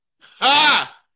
Ha